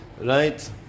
right